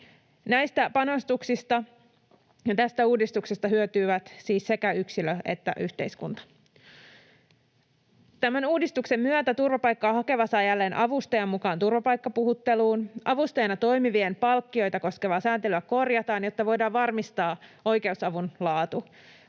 Näistä panostuksista ja tästä uudistuksesta hyötyvät siis sekä yksilö että yhteiskunta. Tämän uudistuksen myötä turvapaikkaa hakeva saa jälleen avustajan mukaan turvapaikkapuhutteluun. Avustajana toimivien palkkioita koskevaa sääntelyä korjataan, jotta voidaan varmistaa oikeusavun laatu.